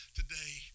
today